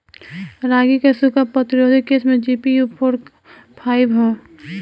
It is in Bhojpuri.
रागी क सूखा प्रतिरोधी किस्म जी.पी.यू फोर फाइव ह?